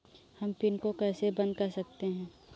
हम पिन को कैसे बंद कर सकते हैं?